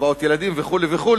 קצבאות ילדים וכן הלאה וכן